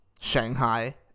Shanghai